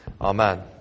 Amen